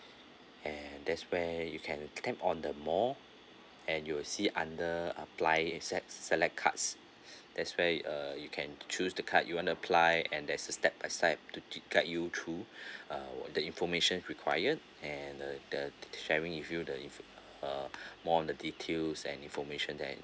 and there's where you can you can tap on the more and you'll see under apply inside select cards there's where uh you can choose the card you wanna apply and there's a step by step to g~ guide you through uh the information required and the sharing give you the uh more on the details and information there